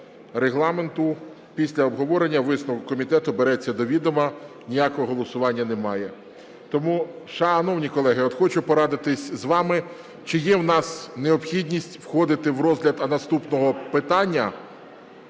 Регламенту після обговорення висновок комітету береться до відома, ніякого голосування немає. Тому, шановні колеги, хочу порадитись з вами, чи є в нас необхідність входити в розгляд наступного питання,